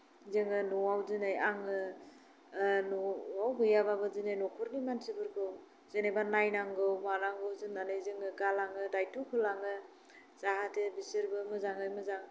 जोङो न'आव दिनै आङो न'आव न'आव गैयाबाबो दिनै नखरनि मानसिफोरखौ जेनेबा नायनांगौ मानांगौ होन्नानै जोङो गालाङो दायित्त' होलाङो जाहाथे बिसोरबो मोजाङै मोजां